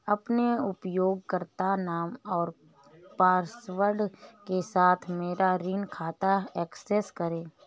अपने उपयोगकर्ता नाम और पासवर्ड के साथ मेरा ऋण खाता एक्सेस करें